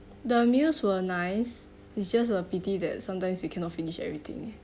the meals were nice it's just a pity that sometimes we cannot finish everything